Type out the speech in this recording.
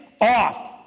off